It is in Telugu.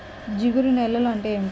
జిగురు నేలలు అంటే ఏమిటీ?